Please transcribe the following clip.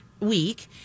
week